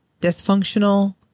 dysfunctional